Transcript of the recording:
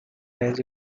has